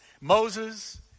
Moses